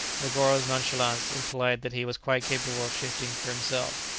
negoro's nonchalance implied that he was quite capable of shifting for himself.